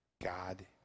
God